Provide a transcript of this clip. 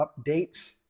updates